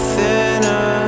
Thinner